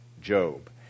Job